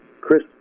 Chris